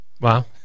Wow